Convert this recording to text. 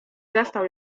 zastał